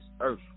earth